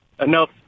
enough